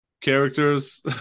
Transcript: characters